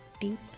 deep